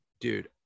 dude